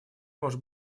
может